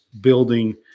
building